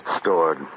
stored